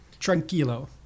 Tranquilo